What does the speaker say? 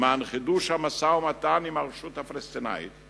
למען חידוש המשא-ומתן עם הרשות הפלסטינית,